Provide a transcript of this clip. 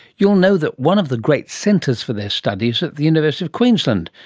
you will know that one of the great centres for their study is at the university of queensland,